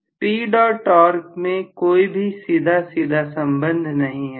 speed और torque में कोई भी सीधा सीधा संबंध नहीं है